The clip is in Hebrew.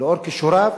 לאור כישוריו,